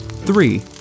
three